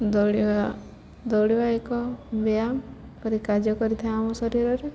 ଦୌଡ଼ିବା ଦୌଡ଼ିବା ଏକ ବ୍ୟାୟାମ ପରି କାର୍ଯ୍ୟ କରିଥାଏ ଆମ ଶରୀରରେ